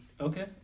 Okay